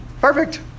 Perfect